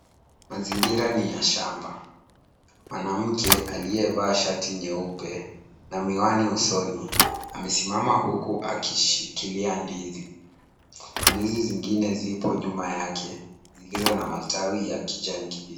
Mazingira ni ya shamba. Mwanamke aliyevaa shati nyeupe na miwani usoni, amesimama huku akishikilia ndizi. Ndizi zingine zipo nyuma yake, zilizo na matawi ya kijani kibichi.